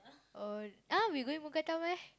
oh !huh! we going mookata meh